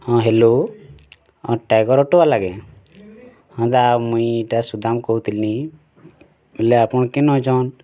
ହଁ ହ୍ୟାଲୋ ହଁ tiger auto ଵାଲା କି ହନ୍ତା ମୁଇଁ ଟା ସୁଦାମମ୍ କହୁଥୁନି ବେଲେ ଆପଣ କେନ୍ ଅଛନ୍